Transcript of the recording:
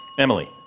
Emily